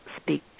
speak